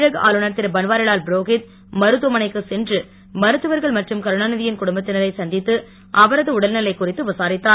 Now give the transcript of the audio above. தமிழக ஆளுநர் திருபன்வாரிலால் புரோகித் மருத்துவமனைக்கு சென்று மருத்துவர்கள் மற்றும் கருணா நிதியின் குடும்பத்தினரை சந்தித்து அவரது உடல்நிலை குறித்து விசாரித்தார்